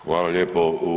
Hvala lijepo.